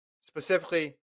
Specifically